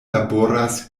laboras